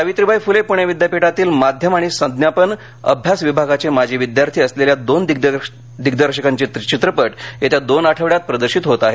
सावित्रीबाई फ्ले प्णे विद्यापीठातील माध्यम आणि संज्ञापन अभ्यास विभागा चे माजी विद्यार्थी असलेल्या दोन दिग्दर्शकांचे चित्रपट येत्या दोन आठवड्यात प्रदर्शित होत आहेत